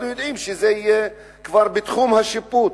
אנחנו יודעים שזה יהיה כבר בתחום השיפוט.